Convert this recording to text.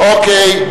אוקיי.